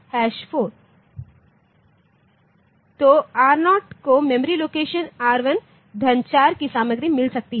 तो R0 को memory location R1 4 की सामग्री मिल सकती है